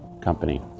company